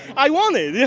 i want it, yeah